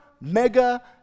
mega